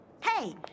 Hey